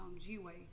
G-Way